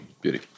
Beauty